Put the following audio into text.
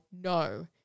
no